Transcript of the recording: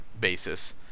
basis